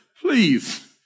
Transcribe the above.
please